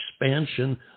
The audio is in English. expansion